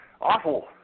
awful